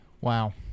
Wow